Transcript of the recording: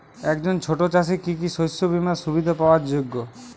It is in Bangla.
একজন ছোট চাষি কি কি শস্য বিমার সুবিধা পাওয়ার যোগ্য?